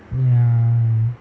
ya